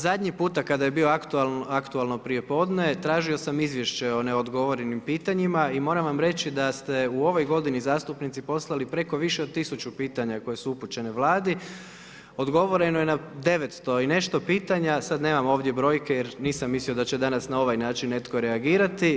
Zadnji puta kada je bilo aktualno prijepodne, tražio sam izvješće o neodgovorenim pitanjima i moram vam reći da ste u ovoj godini zastupnici poslali preko više od 1000 pitanja koje su upućene Vladi, odgovoreno je na 900 i nešto pitanja, sada nemam ovdje brojke jer nisam mislio da će danas na ovaj način netko reagirati.